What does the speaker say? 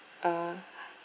uh